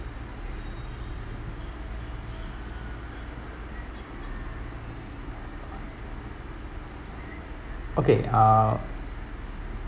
okay uh